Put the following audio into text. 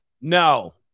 No